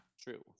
True